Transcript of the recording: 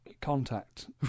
contact